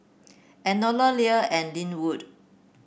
Enola Leah and Lynwood